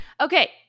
Okay